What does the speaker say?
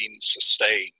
sustained